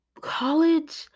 college